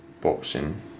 boxing